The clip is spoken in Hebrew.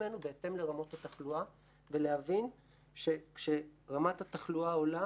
עצמנו בהתאם לרמות התחלואה ולהבין שכשרמת התחלואה עולה